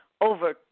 over